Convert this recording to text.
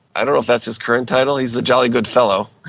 i don't know if that's his current title, he's the jolly good fellow.